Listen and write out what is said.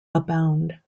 abound